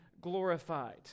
glorified